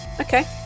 Okay